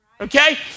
Okay